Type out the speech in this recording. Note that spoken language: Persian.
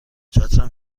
چترم